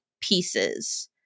pieces